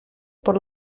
por